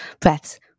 breaths